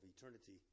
eternity